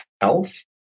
health